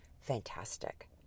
fantastic